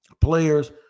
players